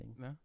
No